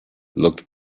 looked